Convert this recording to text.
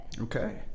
Okay